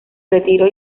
retiró